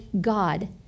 God